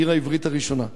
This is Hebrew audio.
העיר העברית הראשונה.